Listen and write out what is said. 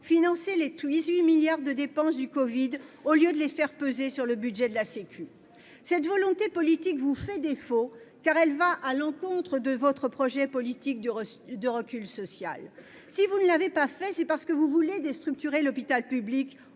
financer les 18 milliards de dépenses liées au covid-19 plutôt que de les faire peser sur le budget de la sécurité sociale. Cette volonté politique vous fait défaut, car elle va à l'encontre de votre projet politique de recul social. Si vous ne l'avez pas fait, c'est parce que vous voulez déstructurer l'hôpital public